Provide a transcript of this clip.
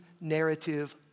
narrative